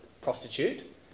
prostitute